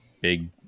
big